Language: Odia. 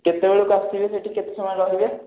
କେତେ ବେଳକୁ ଆସିବେ ସେଇଠି କେତେ ସମୟ ରହିବେ